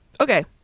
Okay